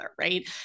right